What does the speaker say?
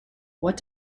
what